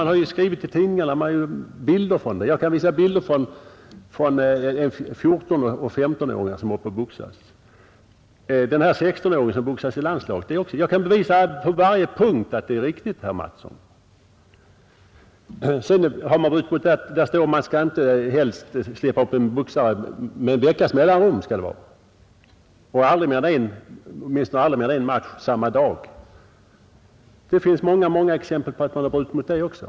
Man har skrivit i tidningarna härom och man har återgivit bilder från det. Jag kan visa bilder på 14—15-åringar som håller på att boxas. Jag vill också peka på den 16-åring som boxats i landslaget. Jag kan på varje punkt bevisa att mitt påstående är riktigt. Man föreskrev vidare att det helst skall vara en veckas mellanrum mellan de tillfällen när en boxare släpps upp i ringen. Åtminstone skall det aldrig vara mer än en match på samma dag. Det finns många exempel på att man har brutit mot det också.